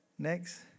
next